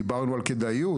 דיברנו על כדאיות,